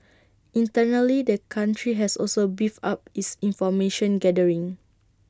internally the country has also beefed up its information gathering